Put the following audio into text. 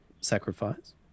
sacrifice